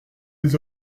les